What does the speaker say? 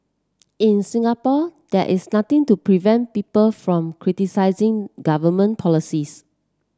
in Singapore there is nothing to prevent people from criticising government policies